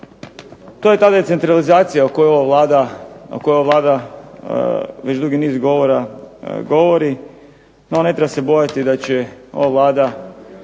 To je ta decentralizacija o kojoj ova Vlada već dugi niz godina govori, no ne treba se bojati da će ova Vlada